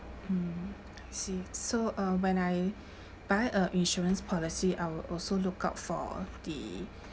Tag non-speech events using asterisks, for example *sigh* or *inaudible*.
mm I see so uh when I *breath* buy a insurance policy I will also look out for the